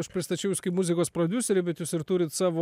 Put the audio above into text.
aš pristačiau jus kaip muzikos prodiuserį bet jūs ir turit savo